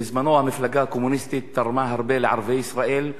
בזמנו המפלגה הקומוניסטית תרמה הרבה לערביי ישראל,